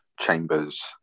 Chambers